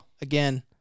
Again